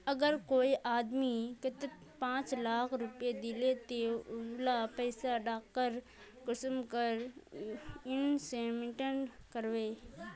अगर कोई आदमी कतेक पाँच लाख रुपया दिले ते ती उला पैसा डायरक कुंसम करे इन्वेस्टमेंट करबो?